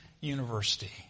University